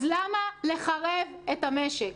אז למה לחרב את המשק?